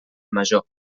major